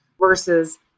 versus